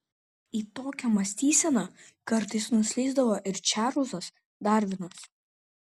į tokią mąstyseną kartais nuslysdavo ir čarlzas darvinas